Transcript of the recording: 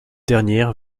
dernière